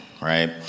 right